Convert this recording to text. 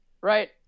right